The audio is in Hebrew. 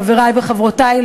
חברי וחברותי,